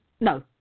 no